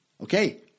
Okay